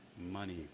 Money